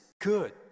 good